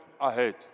ahead